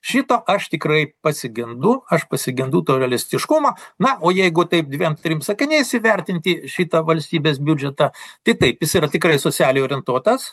šito aš tikrai pasigendu aš pasigendu to realistiškumo na o jeigu taip dviem trim sakiniais įvertinti šitą valstybės biudžetą tai taip jis yra tikrai socialiai orientuotas